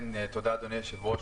תודה, אדוני היושב-ראש.